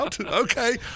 Okay